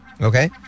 Okay